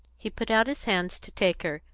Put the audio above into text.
he put out his hands to take her,